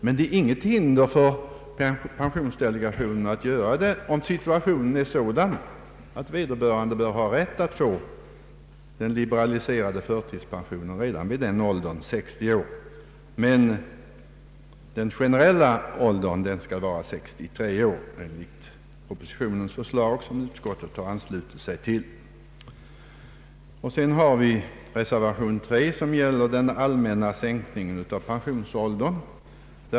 Men det finns inget hinder för pensionsdelegationen att tilllämpa en sådan lägre gräns om man anser att någon bör ha rätt att få förtidspension kanske redan vid 60 års ålder. Den generella åldern skall dock vara 63 år enligt propositionens förslag, som också utskottet har anslutit sig till. Reservation 3 tar upp frågan om en allmän sänkning av pensionsåldern.